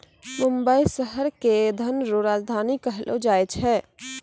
मुंबई शहर के धन रो राजधानी कहलो जाय छै